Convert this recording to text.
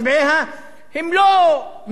הם לא מאיון עליון,